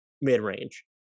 mid-range